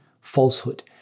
falsehood